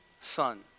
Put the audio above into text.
son